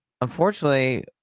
unfortunately